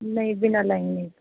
ਨਹੀਂ ਬਿਨਾਂ ਲਾਈਨਿੰਗ ਤੋਂ